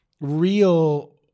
real